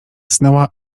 znała